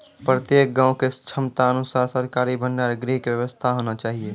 प्रत्येक गाँव के क्षमता अनुसार सरकारी भंडार गृह के व्यवस्था होना चाहिए?